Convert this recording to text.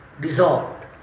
dissolved